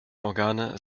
organe